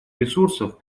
ресурсов